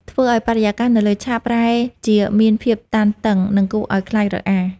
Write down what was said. ធ្វើឱ្យបរិយាកាសនៅលើឆាកប្រែជាមានភាពតានតឹង និងគួរឱ្យខ្លាចរអា។